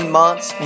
months